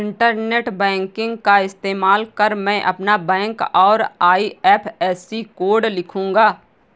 internet banking का इस्तेमाल कर मैं अपना बैंक और आई.एफ.एस.सी कोड लिखूंगा